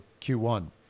Q1